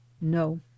No